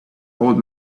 old